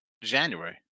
January